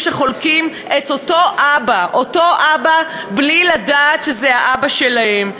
שחולקים אותו אבא בלי לדעת שזה אבא שלהם.